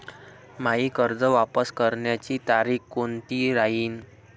मायी कर्ज वापस करण्याची तारखी कोनती राहीन?